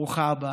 ברוכה הבאה.